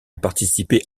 participé